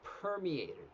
permeated